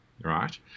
right